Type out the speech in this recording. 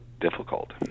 difficult